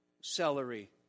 celery